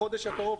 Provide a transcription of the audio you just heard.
בחודש הקרוב,